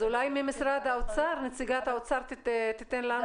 אולי נציגת האוצר תיתן לנו תשובה?